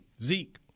Zeke